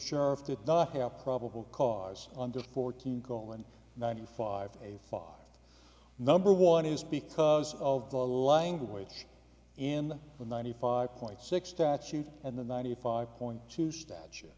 sheriff did not have probable cause on the fourteen cohen ninety five a five number one is because of the language in the ninety five point six statute and the ninety five point two statu